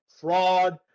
Fraud